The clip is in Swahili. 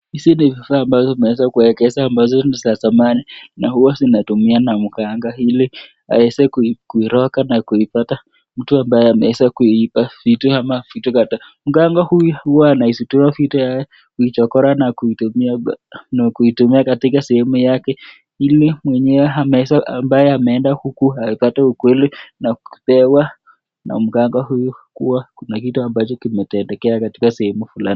Hizi ni vifaa ambazo tunaweza kuekeza ambazo ni za zamani na hua zinatumiwa na mganga ili aeze kuiroga na kuipata mtu ambaye ameweza kuiba vitu ama vitu .Mganga huyu hua anazitoa vitu yake kuichokora na kuitumia katika sehemu yake ili mwenyewe ambaye ameenda huku apate ukweli na kupewa na mganga huyu kua kuna kitu ambacho kimetendekea katika sehemu fulani.